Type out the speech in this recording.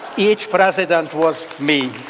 each president was me.